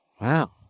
wow